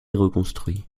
reconstruit